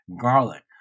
garlic